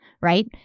right